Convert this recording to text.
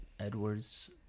Edward's